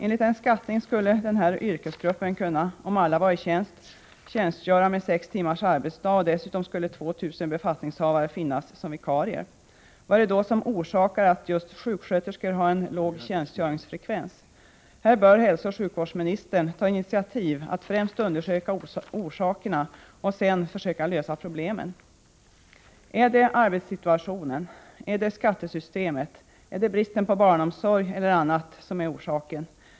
Enligt en skattning skulle den här yrkesgruppen kunna, om alla vari tjänst, tjänstgöra med sex timmars arbetsdag, och dessutom skulle 2 000 befattningshavare finnas som vikarier. Vad är det då som orsakar att just sjuksköterskor har en låg tjänstgöringsfrekvens? Här bör hälsooch sjukvårdsministern ta initiativ till att främst undersöka orsakerna och sedan försöka lösa problemen. Är det arbetssituationen, är det skattesystemet, är det bristen på barnomsorg eller annat som är orsaken?